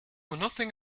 nothing